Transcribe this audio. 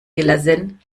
gelassen